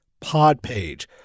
PodPage